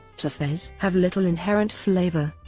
terfez have little inherent flavor.